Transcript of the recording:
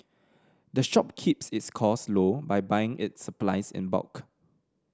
the shop keeps its cost low by buying its supplies in bulk